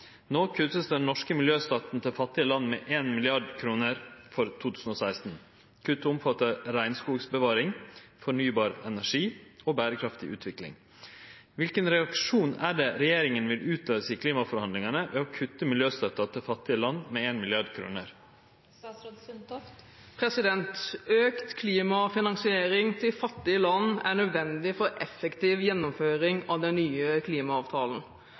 Nå kuttes den norske miljøstøtten til fattige land med 1 mrd. kr for 2016. Kuttet omfatter regnskogsbevaring, fornybar energi og bærekraftig utvikling. Hvilken reaksjon er det regjeringen vil utløse i klimaforhandlingene ved å kutte miljøstøtten til fattige land med 1 mrd. kr?» Økt klimafinansiering til fattige land er nødvendig for effektiv gjennomføring av den nye klimaavtalen.